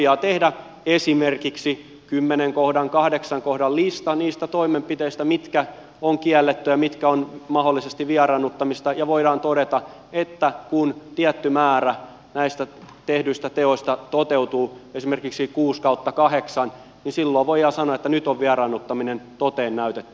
voidaan tehdä esimerkiksi kymmenen kahdeksan kohdan lista niistä toimenpiteistä mitkä ovat kiellettyjä mitkä ovat mahdollisesti vieraannuttamista ja voidaan todeta että kun tietty määrä näistä tehdyistä teoista toteutuu esimerkiksi kuusi kahdeksasta niin silloin voidaan sanoa että nyt on vieraannuttaminen toteen näytetty